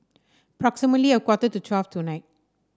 approximately a quarter to twelve tonight